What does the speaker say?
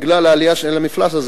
בגלל העלייה של המפלס הזה,